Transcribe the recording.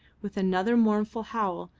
with another mournful howl,